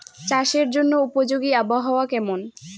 চাষের জন্য উপযোগী আবহাওয়া কেমন?